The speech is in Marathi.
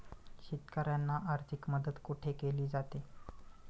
शेतकऱ्यांना आर्थिक मदत कुठे केली जाते?